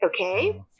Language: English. Okay